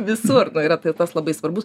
visur yra tas labai svarbus